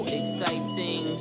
exciting